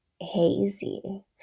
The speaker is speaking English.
hazy